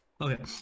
okay